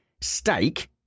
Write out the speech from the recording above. Steak